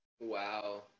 Wow